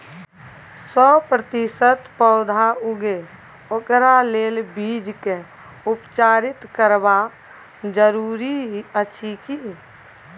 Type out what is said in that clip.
सौ प्रतिसत पौधा उगे ओकरा लेल बीज के उपचारित करबा जरूरी अछि की?